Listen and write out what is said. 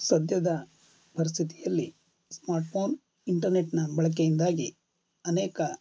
ಸದ್ಯದ ಪರಿಸ್ಥಿತಿಯಲ್ಲಿ ಸ್ಮಾರ್ಟ್ಫೋನ್ ಇಂಟರ್ನೆಟ್ನ ಬಳಕೆಯಿಂದಾಗಿ ಅನೇಕ